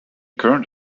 current